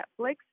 Netflix